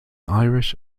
irish